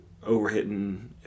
overhitting